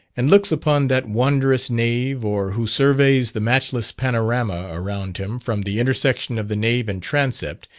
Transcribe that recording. and looks upon that wondrous nave, or who surveys the matchless panorama around him from the intersection of the nave and transept,